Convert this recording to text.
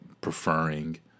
preferring